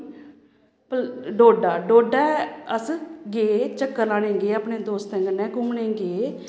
प डोडा डोडै अस गे चक्कर लाने गे अपने दोस्तें कन्नै घूमने गे